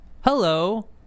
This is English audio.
hello